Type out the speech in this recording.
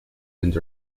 and